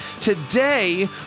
Today